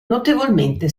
notevolmente